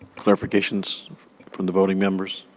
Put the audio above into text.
clarifications from the voting members?